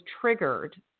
triggered